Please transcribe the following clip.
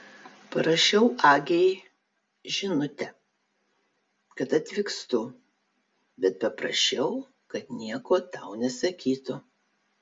parašiau agei žinutę kad atvykstu bet paprašiau kad nieko tau nesakytų